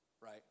right